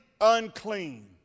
unclean